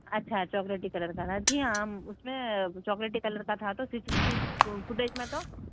اچھا chocolatey colour کا تھا جی ہاں ہم اُس میں چوکلیٹی کلر کا تھا تو C C T V footage میں تو